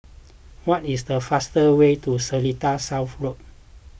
what is the fastest way to Seletar South Road